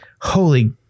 holy